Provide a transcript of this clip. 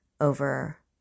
over